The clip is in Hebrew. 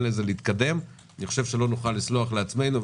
לזה להתקדם אני חושב שלא נוכל לסלוח לעצמנו.